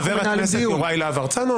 חבר הכנסת יוראי להב הרצנו,